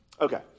Okay